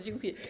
Dziękuję.